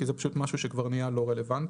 כי זה פשוט משהו שכבר נהיה לא רלוונטי.